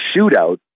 shootout